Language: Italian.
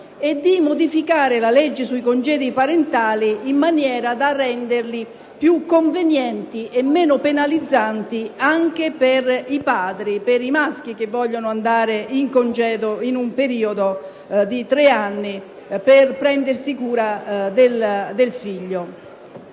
e di modificare la legge sui congedi parentali in maniera da renderli più convenienti e meno penalizzanti anche per i padri, per gli uomini che vogliono andare in congedo, in un periodo di tre anni, per prendersi cura del figlio.